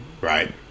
Right